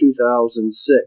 2006